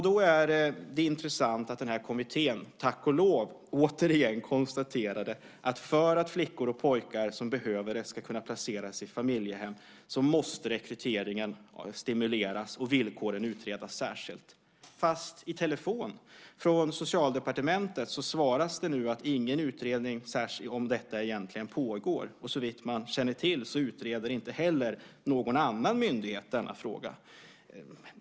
Det är intressant att kommittén, tack och lov, återigen konstaterade att för att flickor och pojkar som behöver det ska kunna placeras i familjehem måste rekryteringen stimuleras och villkoren utredas särskilt. I telefon svaras det från Socialdepartementet att ingen utredning om detta egentligen pågår. Såvitt man känner till utreder inte heller någon annan myndighet denna fråga.